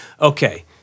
Okay